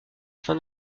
fin